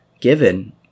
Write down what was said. given